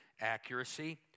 accuracy